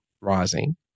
rising